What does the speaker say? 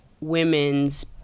women's